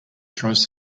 tries